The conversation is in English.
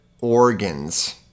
organs